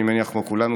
אני מניח שכמו כולנו,